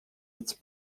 its